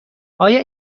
آیا